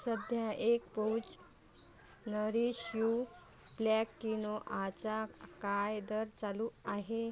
सध्या एक pouch Nourish You black किनोआचा काय दर चालू आहे